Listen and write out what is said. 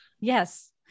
yes